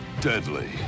deadly